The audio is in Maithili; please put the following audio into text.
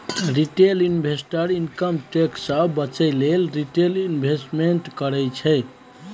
रिटेल इंवेस्टर इनकम टैक्स सँ बचय लेल रिटेल इंवेस्टमेंट करय छै